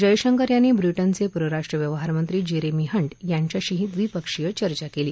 जयशंकर यांनी ब्रिटनचे परराष्ट्र व्यवहार मंत्री जेरेमी हंट यांच्याशीही द्विपक्षीय चर्चा केली